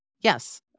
Yes